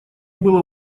было